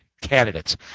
candidates